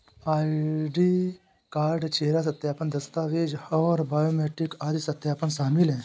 ID card, चेहरा सत्यापन, दस्तावेज़ और बायोमेट्रिक आदि सत्यापन शामिल हैं